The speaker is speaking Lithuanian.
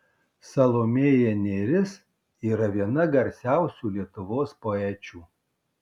salomėja nėris yra viena garsiausių lietuvos poečių